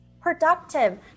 productive